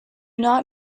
not